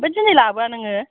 ओमफ्राय दिनै लाबोया नोङो